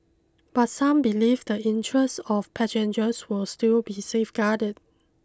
but some believe the interests of passengers will still be safeguarded